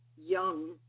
young